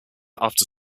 after